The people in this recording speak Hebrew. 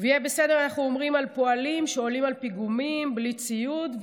"יהיה בסדר" אנחנו אומרים על פועלים שעולים על פיגומים בלי ציוד,